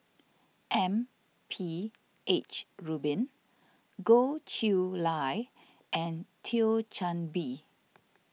M P H Rubin Goh Chiew Lye and Thio Chan Bee